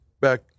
back